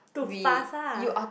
too fast ah